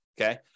okay